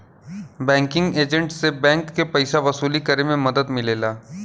banking agent से bank के पइसा वसूली करे में मदद मिलेला